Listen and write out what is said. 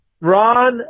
Ron